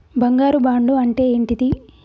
బంగారు బాండు అంటే ఏంటిది?